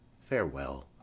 Farewell